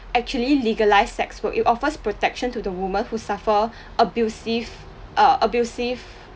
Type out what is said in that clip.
actually legalise sex work it offers protection to the women who suffer abusive err abusive